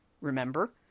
Remember